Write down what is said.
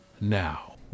now